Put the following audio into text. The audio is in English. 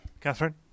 Catherine